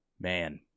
man